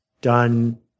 done